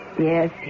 Yes